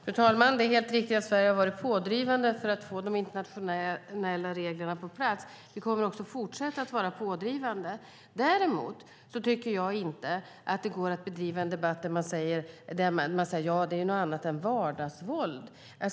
Fru talman! Det är helt riktigt att Sverige har varit pådrivande för att få de internationella reglerna på plats, och vi kommer att fortsätta att vara pådrivande. Däremot tycker jag inte att det går att bedriva en debatt där man säger att det är något annat än vardagsvåld.